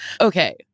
Okay